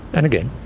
and again.